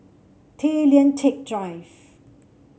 Tay Lian Teck Drive